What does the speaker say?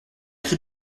cri